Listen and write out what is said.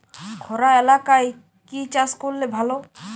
খরা এলাকায় কি চাষ করলে ভালো?